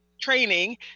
training